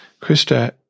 Krista